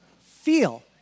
feel